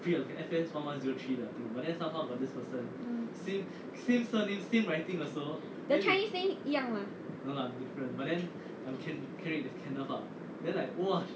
the chinese name 一样吗